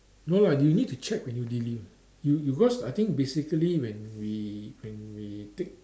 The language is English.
no lah you need to check when you deli~ you because I think basically when we when we pick